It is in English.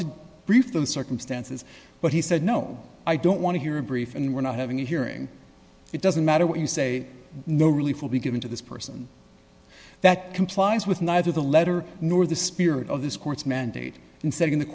to brief the circumstances but he said no i don't want to hear a brief and we're not having a hearing it doesn't matter what you say no relief will be given to this person that complies with neither the letter nor the spirit of this court's mandate in se